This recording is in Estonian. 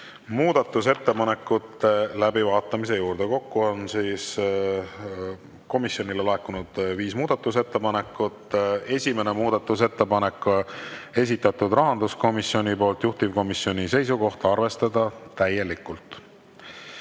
muudatusettepanekute läbivaatamise juurde. Kokku on komisjonile laekunud viis muudatusettepanekut. Esimene muudatusettepanek, esitanud rahanduskomisjon, juhtivkomisjoni seisukoht: arvestada täielikult.